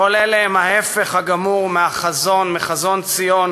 כל אלה הם ההפך הגמור מהחזון, חזון ציון